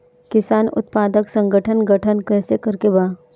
किसान उत्पादक संगठन गठन कैसे करके बा?